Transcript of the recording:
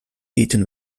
eten